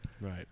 Right